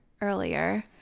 earlier